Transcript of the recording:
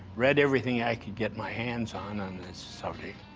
read everything i could get my hands on, on this subject,